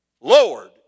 Lord